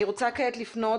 עכשיו אני רוצה לפנות